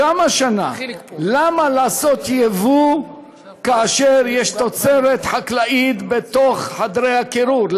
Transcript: למה לעשות יבוא כאשר יש תוצרת חקלאית בתוך חדרי הקירור?